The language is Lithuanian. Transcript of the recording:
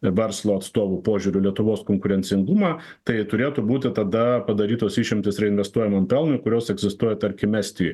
verslo atstovų požiūriu lietuvos konkurencingumą tai turėtų būti tada padarytos išimtys reinvestuojamam pelnui kurios egzistuoja tarkim estijoj